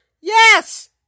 Yes